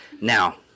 now